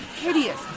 hideous